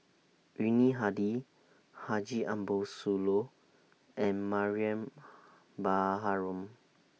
Yuni Hadi Haji Ambo Sooloh and Mariam Baharom